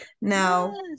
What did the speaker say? Now